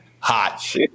Hot